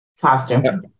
costume